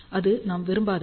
அது நாம் விரும்பாதது